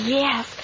yes